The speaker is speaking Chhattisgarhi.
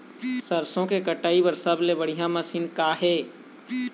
सरसों के कटाई बर सबले बढ़िया मशीन का ये?